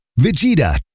vegeta